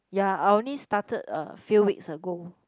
ya I only started a few weeks ago